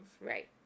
Right